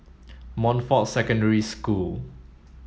Montfort Secondary School